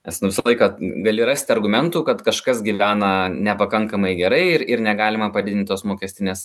nes nu visą laiką gali rasti argumentų kad kažkas gyvena nepakankamai gerai ir ir negalima padidint tos mokestinės